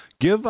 Give